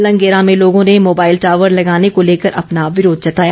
लंगेरा में लोगों ने मोबाइल टॉवर लगाने को लेकर अपना विरोध जताया